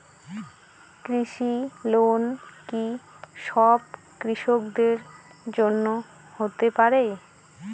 কৃষি লোন কি সব কৃষকদের জন্য হতে পারে?